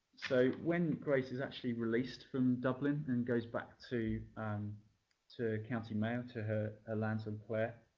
so when grace is actually released from dublin and goes back to um to county mayo to her ah lands in clare,